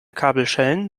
kabelschellen